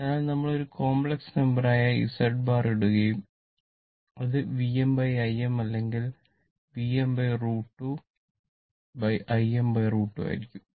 അതിനാൽ നമ്മൾ ഒരു കോംപ്ലക്സ് നമ്പർ ആയ Z ബാർ ഇടും അത് VmIm അല്ലെങ്കിൽ Vm√ 2Im√ 2 ആയിരിക്കും